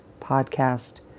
podcast